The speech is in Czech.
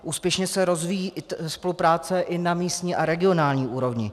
Úspěšně se rozvíjí spolupráce i na místní a regionální úrovni.